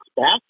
back